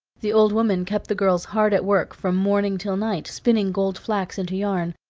the old woman kept the girls hard at work, from morning till night, spinning gold flax into yarn,